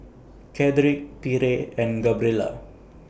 Cedrick Pierre and Gabriella